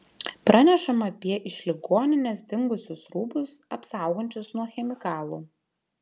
pranešama apie iš ligoninės dingusius rūbus apsaugančius nuo chemikalų